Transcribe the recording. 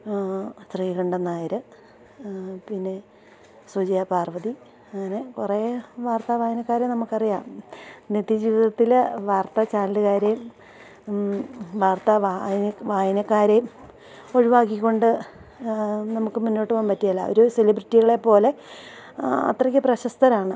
ശ്രീകണ്ഠന് നായര് പിന്നെ സുജയ പാർവതി അങ്ങനെ കുറെ വാർത്താ വായനക്കാരെ നമുക്കറിയാം നിത്യജീവിതത്തില് വാർത്താ ചാനലുകാരെയും വാർത്ത വായനക്കാരെയും ഒഴിവാക്കിക്കൊണ്ട് നമുക്ക് മുന്നോട്ടുപോകാൻ പറ്റുകയില്ല അവര് സെലിബ്രിറ്റികളെ പോലെ അത്രയ്ക്ക് പ്രശസ്തരാണ്